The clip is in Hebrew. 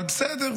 אבל בסדר.